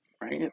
right